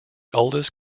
oldest